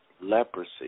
leprosy